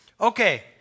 okay